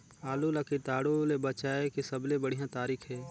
आलू ला कीटाणु ले बचाय के सबले बढ़िया तारीक हे?